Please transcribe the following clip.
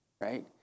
right